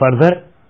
further